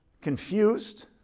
confused